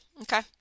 Okay